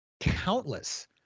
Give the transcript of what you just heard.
countless